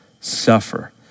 suffer